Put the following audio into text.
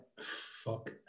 Fuck